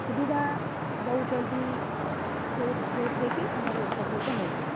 ସୁବିଧା ଦେଉଛନ୍ତି ଯେଉଁ ଯେଉଁଥିରେ କି ଆମେ ଉପକୃତ ହେଉଛୁ